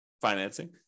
financing